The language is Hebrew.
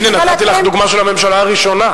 הנה נתתי לך דוגמה של הממשלה הראשונה.